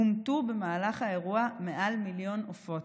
הומתו במהלך האירוע מעל מיליון עופות.